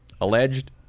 Alleged